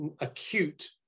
acute